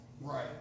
Right